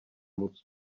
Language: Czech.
moc